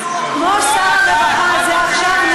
כמו שר הרווחה הזה עכשיו,